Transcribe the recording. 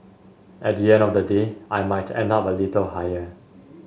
at the end of the day I might end up a little higher